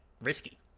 risky